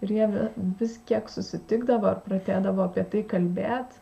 ir jie vis kiek susitikdavo ir pradėdavo apie tai kalbėt